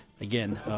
Again